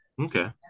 Okay